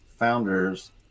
founders